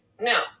No